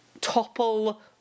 topple